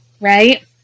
right